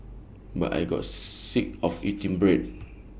but I got sick of eating bread